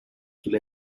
qu’il